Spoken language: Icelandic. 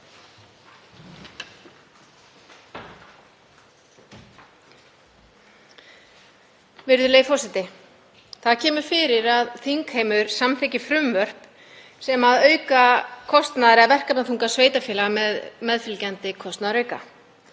Virðulegi forseti. Það kemur fyrir að þingheimur samþykki frumvörp sem auka kostnaðar- eða verkefnaþunga sveitarfélaga með meðfylgjandi kostnaðarauka.